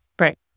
Right